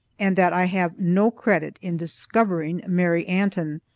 and that i have no credit in discovering mary antin.